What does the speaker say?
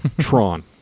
Tron